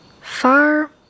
far